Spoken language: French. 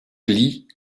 lits